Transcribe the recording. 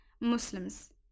Muslims